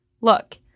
look